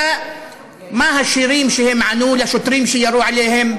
(אומר בערבית: נוער ירושלים והנוער של תושבי ישראל הערבים,